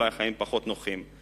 אולי החיים פחות נוחים,